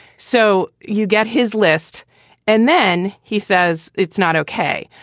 so you get his list and then he says it's not okay,